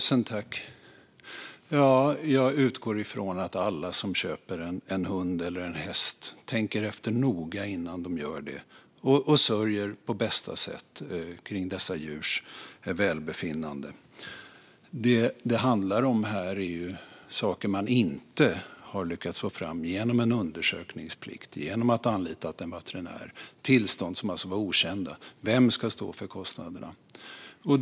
Fru talman! Jag utgår från att alla som köper en hund eller en häst tänker efter noga innan de gör det och sörjer på bästa sätt för dessa djurs välbefinnande. Vad det handlar om här är saker som man inte har lyckats få fram genom en undersökningsplikt och vem som ska stå för kostnaderna om man har anlitat en veterinär för tillstånd som var okända.